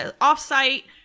off-site